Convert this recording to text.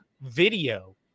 video